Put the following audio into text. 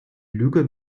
lüge